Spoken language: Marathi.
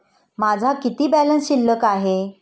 माझा किती बॅलन्स शिल्लक आहे?